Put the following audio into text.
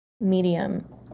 medium